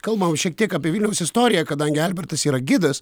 kalbam šiek tiek apie vilniaus istoriją kadangi albertas yra gidas